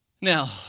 Now